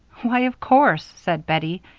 why, of course, said bettie,